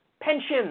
pensions